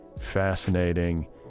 fascinating